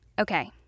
Okay